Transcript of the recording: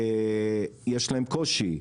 יש להם קושי,